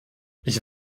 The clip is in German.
ich